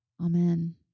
Amen